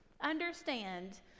understand